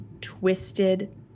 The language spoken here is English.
twisted